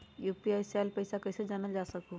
UPI से आईल पैसा कईसे जानल जा सकहु?